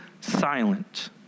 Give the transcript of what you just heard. silent